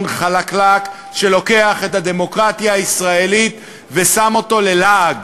חלקלק שלוקח את הדמוקרטיה הישראלית ושם אותה ללעג.